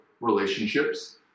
relationships